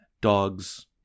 Dogs